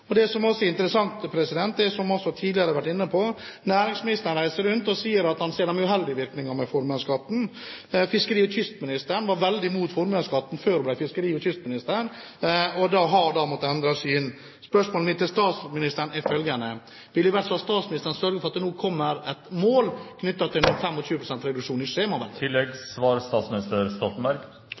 Det som også er interessant, som en også tidligere har vært inne på, er at næringsministeren reiser rundt og sier at han ser de uheldige virkningene av formuesskatten. Fiskeri- og kystministeren var veldig imot formuesskatten før hun ble fiskeri- og kystminister, og har måttet endre syn. Spørsmålet mitt til statsministeren er følgende: Vil i hvert fall statsministeren sørge for at det nå kommer et mål om 25 pst. reduksjon i